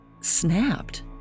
snapped